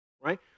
right